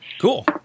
Cool